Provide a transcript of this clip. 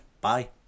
Bye